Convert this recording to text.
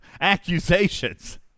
accusations